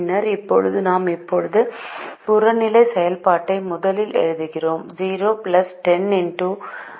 பின்னர் இப்போது நாம் இப்போது புறநிலை செயல்பாட்டை முதலில் எழுதுகிறோம் 0 10X1 9X2